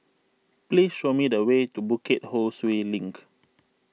please show me the way to Bukit Ho Swee Link